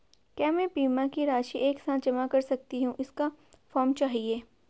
क्या मैं बीमा की राशि एक साथ जमा कर सकती हूँ इसका फॉर्म चाहिए?